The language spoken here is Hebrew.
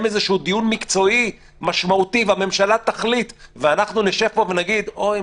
איזשהו דיון מקצועי משמעותי והממשלה תחליט ואנחנו נשב פה ונגיד: אוי,